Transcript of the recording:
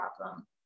problem